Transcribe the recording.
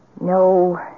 No